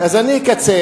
אז אני אקצר.